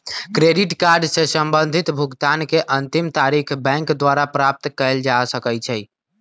credit card से संबंधित भुगतान के अंतिम तारिख बैंक द्वारा प्राप्त कयल जा सकइ छइ